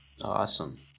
Awesome